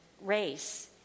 race